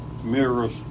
Mirrors